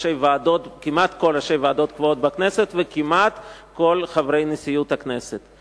כמעט כל ראשי הוועדות הקבועות בכנסת וכמעט כל חברי נשיאות הכנסת.